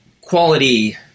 quality